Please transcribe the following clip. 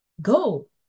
go